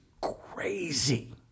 Crazy